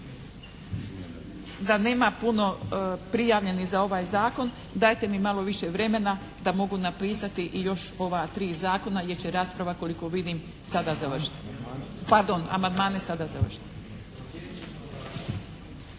da nema puno prijavljenih za ovaj zakon, dajte mi malo više vremena da mogu napisati i još ova tri zakona jer će rasprava koliko vidim sada završiti. Pardon, amandmane sada završiti.